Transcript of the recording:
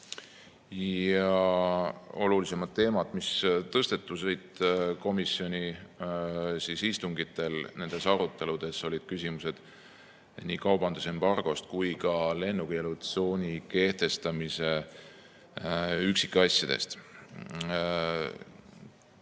Olulisemad teemad, mis tõstatusid komisjoni istungitel nendes aruteludes, olid küsimused nii kaubandusembargost kui ka lennukeelutsooni kehtestamise üksikasjadest.